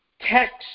text